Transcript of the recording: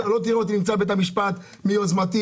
לא תראה אותי בבית המשפט מיוזמתי,